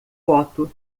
foto